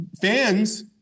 fans